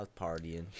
partying